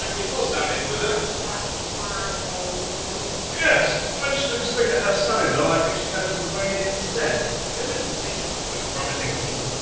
ah you saw stanley's widow? that sad old lady. yes, when she took a swing at her son-in-law, i think she fell into the grave instead. i don't know if it fatal but it looked promising to me.